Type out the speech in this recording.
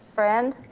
friend?